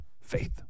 Faith